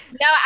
no